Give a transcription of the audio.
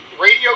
radio